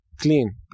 clean